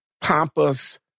pompous